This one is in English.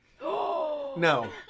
No